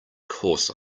course